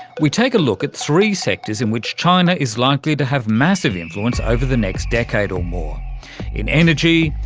we take a look at three sectors in which china is likely to have massive influence over the next decade or more in energy,